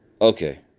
Okay